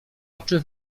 oczy